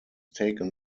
taken